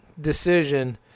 decision